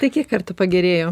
tai kiek kartų pagerėjo